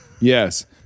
Yes